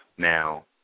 Now